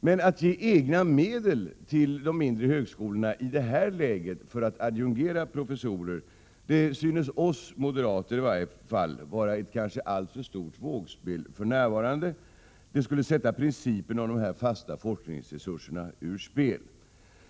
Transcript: Men att i det här läget ge de mindre högskolorna egna medel för att adjungera professorer synes, i varje fall för oss moderater, för närvarande vara ett alltför stort vågspel. Det skulle sätta principerna om de fasta forskningsresurserna ur spel.